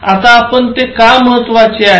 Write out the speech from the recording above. आता आपण ते का महत्वाचे आहे